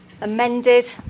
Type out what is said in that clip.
amended